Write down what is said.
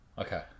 Okay